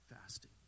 fasting